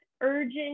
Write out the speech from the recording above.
urgent